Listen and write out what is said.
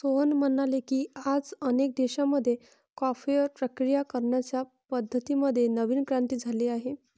सोहन म्हणाले की, आज अनेक देशांमध्ये कॉफीवर प्रक्रिया करण्याच्या पद्धतीं मध्ये नवीन क्रांती झाली आहे